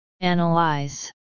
Analyze